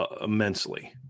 immensely